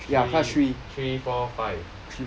three three four five